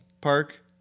park